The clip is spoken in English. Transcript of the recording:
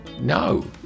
no